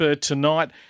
tonight